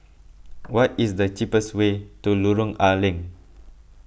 what is the cheapest way to Lorong A Leng